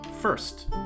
First